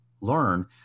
learn